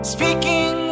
Speaking